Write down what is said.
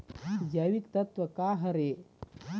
जैविकतत्व का हर ए?